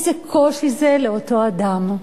איזה קושי זה לאותו אדם.